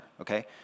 Okay